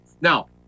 now